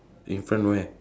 in front where